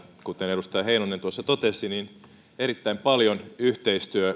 edustaja heinonen tuossa totesi erittäin paljon yhteistyömahdollisuuksia sieltä aukesi